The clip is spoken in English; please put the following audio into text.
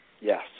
Yes